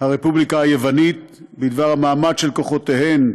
הרפובליקה היוונית בדבר המעמד של כוחותיהן,